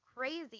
crazy